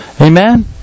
Amen